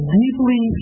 deeply